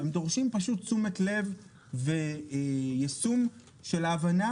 הם דורשים פשוט תשומת לב ויישום של ההבנה